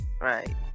right